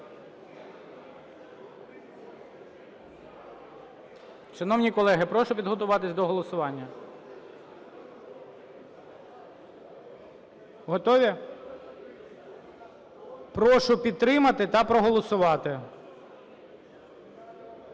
Шановні колеги, прошу підготуватись до голосування. Готові? Прошу підтримати та проголосувати.